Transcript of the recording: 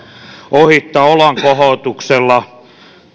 ohittaa olankohautuksella